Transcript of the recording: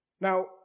Now